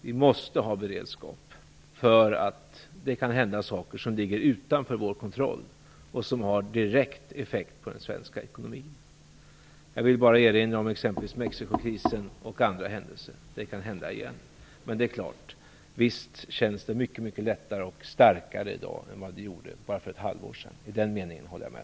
Vi måste ha beredskap för att det kan hända saker som ligger utanför vår kontroll som har direkt effekt på den svenska ekonomin. Jag vill bara erinra om t.ex. Mexicokrisen och andra händelser. Det kan hända igen. Men visst känns det mycket lättare och starkare i dag än vad det gjorde bara för ett halvår sedan. I den meningen håller jag med.